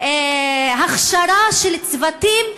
הכשרה של צוותים.